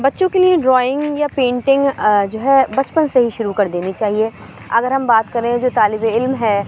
بچوں کے لیے ڈرائنگ یا پینٹنگ جو ہے بچپن سے ہی شروع کر دینی چاہیے اگر ہم بات كریں جو طالبِ علم ہے